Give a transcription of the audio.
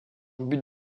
but